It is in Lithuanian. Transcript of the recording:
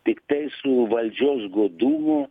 tiktai su valdžios godumo